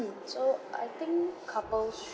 so I think couples should